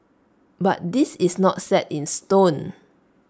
but this is not set in stone